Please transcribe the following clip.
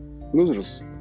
losers